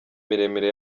miremire